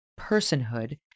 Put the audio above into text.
personhood